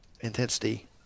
intensity